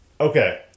Okay